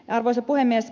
arvoisa puhemies